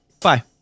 Bye